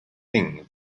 thing